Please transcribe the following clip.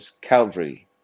Calvary